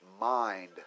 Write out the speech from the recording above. mind